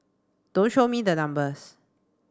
don't show me the numbers